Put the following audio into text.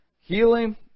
healing